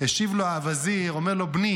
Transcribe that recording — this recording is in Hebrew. השיב לו הווזיר ואומר לו: בני,